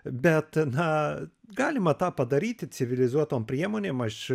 bet na galima tą padaryti civilizuotom priemonėm aš